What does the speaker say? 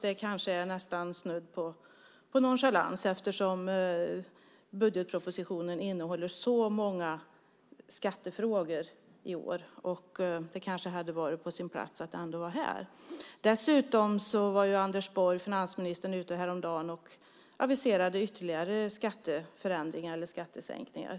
Det kanske är nästan snudd på nonchalans eftersom budgetpropositionen innehåller så många skattefrågor i år. Det hade kanske varit på sin plats att vara här. Dessutom gick finansminister Anders Borg ut häromdagen och aviserade ytterligare skattesänkningar.